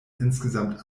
insgesamt